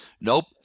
nope